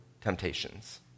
temptations